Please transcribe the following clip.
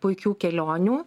ir puikių kelionių